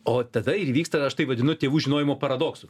o tada ir įvyksta aš taip vadinu tėvų žinojimo paradoksu